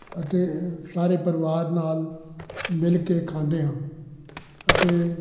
ਅਤੇ ਸਾਰੇ ਪਰਿਵਾਰ ਨਾਲ ਮਿਲ ਕੇ ਖਾਂਦੇ ਹਾਂ ਅਤੇ